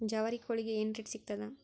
ಜವಾರಿ ಕೋಳಿಗಿ ಏನ್ ರೇಟ್ ಸಿಗ್ತದ?